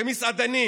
ומסעדנים